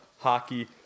hockey